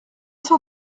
cent